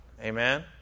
Amen